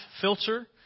filter